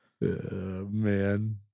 man